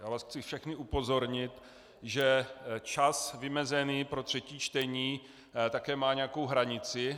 Já vás chci všechny upozornit, že čas vymezený pro třetí čtení také má nějakou hranici.